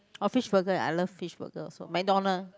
oh fish burger I love fish burger also McDonald